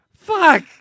Fuck